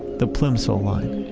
the plimsoll line.